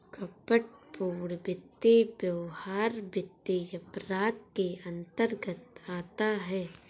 कपटपूर्ण वित्तीय व्यवहार वित्तीय अपराध के अंतर्गत आता है